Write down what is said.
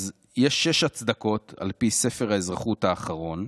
אז יש שש הצדקות, על פי ספר האזרחות האחרון: